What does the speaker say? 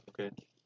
Okay